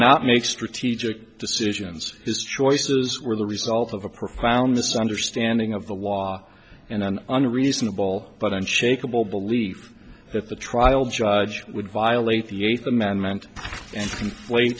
not make strategic decisions his choices were the result of a profound misunderstanding of the law and an unreasonable but on shakable belief that the trial judge would violate the eighth amendment and confla